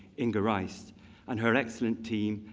inge reist and her excellent team,